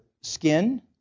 skin